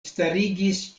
starigis